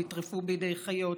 נטרפו על ידי חיות,